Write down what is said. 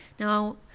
Now